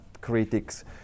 critics